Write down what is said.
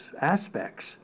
aspects